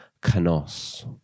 Canos